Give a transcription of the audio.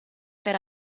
per